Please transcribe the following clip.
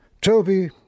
Toby